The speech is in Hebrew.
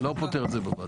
לא פותר את זה בוועדה.